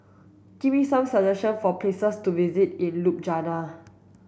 give me some suggestions for places to visit in Ljubljana